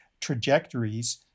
trajectories